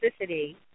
toxicity